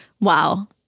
wow